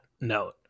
note